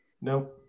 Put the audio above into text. No